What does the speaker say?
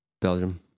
Belgium